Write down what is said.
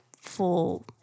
full